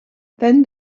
then